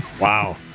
Wow